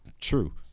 True